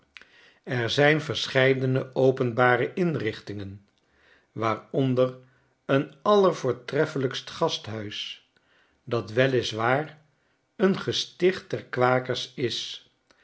er zijn verscheidene openbare inrichtingen waaronder een allervoortrenelrjkst gasthuis dat wel is waar een gesticht der kwakers is